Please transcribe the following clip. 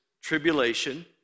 tribulation